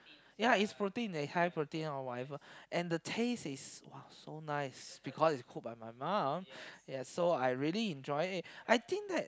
ya is protein they high protein or whatever and the taste is !wah! so nice because is cook by my mum ya so I really enjoy it I think like